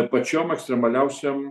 pačiom ekstremaliausiom